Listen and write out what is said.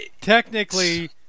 technically